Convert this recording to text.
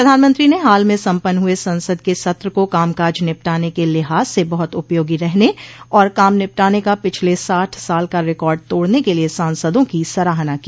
प्रधानमंत्री ने हाल में संपन्न् हुए संसद के सत्र को काम काज निपटाने के लिहाज से बहुत उपयोगी रहने और काम निपटाने का पिछले साठ साल का रिकॉर्ड तोड़ने के लिए सांसदों की सराहना की